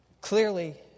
Clearly